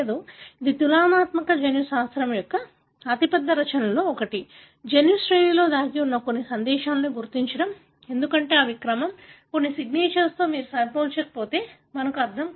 కాబట్టి తులనాత్మక జన్యుశాస్త్రం యొక్క అతి పెద్ద రచనలలో ఒకటి జన్యు శ్రేణిలో దాగి ఉన్న కొన్ని సందేశాలను గుర్తించడం ఎందుకంటే ఇవి క్రమం కొన్ని సిగ్నచర్స్ తో మీరు సరిపోల్చకపోతే మనకు అర్థం కాదు